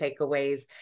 takeaways